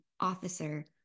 officer